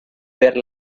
per